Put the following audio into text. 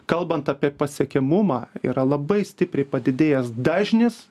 kalbant apie pasiekiamumą yra labai stipriai padidėjęs dažnis